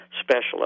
specialist